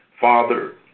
Father